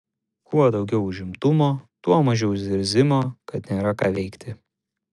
kuo daugiau užimtumo tuo mažiau zirzimo kad nėra ką veikti